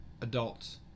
adults